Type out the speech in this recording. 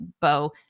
Bo